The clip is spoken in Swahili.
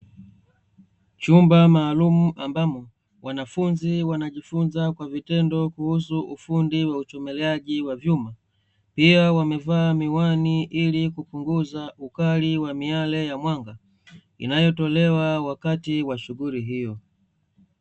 Chumba maalumu ambamo wanafunzi wanajifunza kwa vitendo kuhusu ufundi wa uchomeleaji wa vyuma, pia wamevaa miwani ili kupunguza ukali wa miale ya mwanga inayotolewa wakati wa shughuli hiyo.